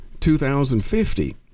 2050